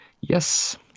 yes